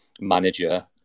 manager